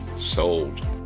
Sold